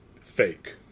fake